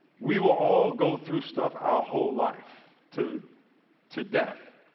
we will all go through stuff our whole life to to death.